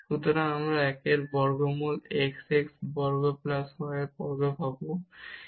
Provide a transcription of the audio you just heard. সুতরাং আমরা এই 1 এর বর্গমূল x বর্গ প্লাস y বর্গের চিহ্ন পাব